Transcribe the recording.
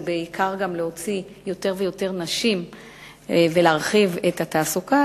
ובעיקר להוציא יותר ויותר נשים ולהרחיב את התעסוקה,